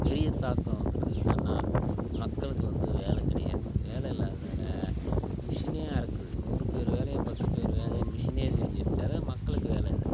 பெரியதாக்கம் வந்திருக்குது என்னென்னா மக்களுக்கு வந்து வேலை கிடையாது வேலை இல்லாததால் மிஷினே அறுக்குது நூறு பேர் வேலையை பத்து பேர் வேலையை மிஷினே செஞ்சுடுது அதான் மக்களுக்கு வேலை இல்லை